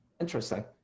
Interesting